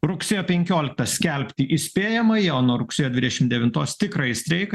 rugsėjo penkioliktą skelbti įspėjamąjį o nuo rugsėjo dvidešim devintos tikrąjį streiką